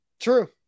True